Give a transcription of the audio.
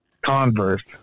Converse